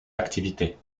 activités